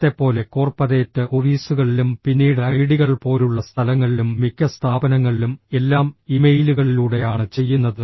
ഇന്നത്തെപ്പോലെ corporate ഓഫീസുകളിലും പിന്നീട് ഐഐടികൾ പോലുള്ള സ്ഥലങ്ങളിലും മിക്ക സ്ഥാപനങ്ങളിലും എല്ലാം ഇമെയിലുകളിലൂടെയാണ് ചെയ്യുന്നത്